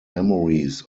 memories